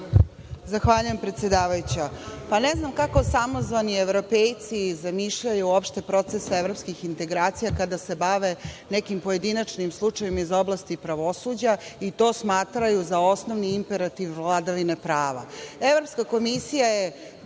Zahvaljujem predsedavajuća. Ne znam kako samozvani evropejci zamišljaju opšte procese evropskih integracija, kada se bave nekim pojedinačnim slučajevima iz oblasti pravosuđa i to smatraju za osnovni imperativ vladavine